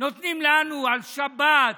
נותנים לנו, על שבת,